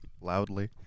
Loudly